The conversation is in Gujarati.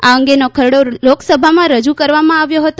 આ અંગેનો ખરડો લોકસભામાં રજૂ કરવામાં આવ્યો હતો